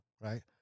right